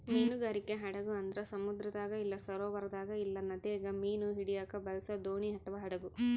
ಮೀನುಗಾರಿಕೆ ಹಡಗು ಅಂದ್ರ ಸಮುದ್ರದಾಗ ಇಲ್ಲ ಸರೋವರದಾಗ ಇಲ್ಲ ನದಿಗ ಮೀನು ಹಿಡಿಯಕ ಬಳಸೊ ದೋಣಿ ಅಥವಾ ಹಡಗು